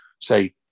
say